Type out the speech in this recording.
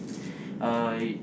uh